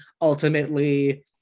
ultimately